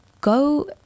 go